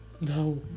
No